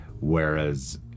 Whereas